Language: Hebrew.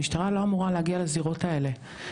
המשטרה לא אמורה להגיע לזירות האלה.